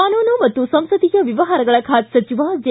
ಕಾನೂನು ಮತ್ತು ಸಂಸದೀಯ ವ್ಯವಹಾರಗಳ ಖಾತೆ ಸಚಿವ ಜೆ